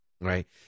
Right